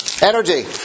Energy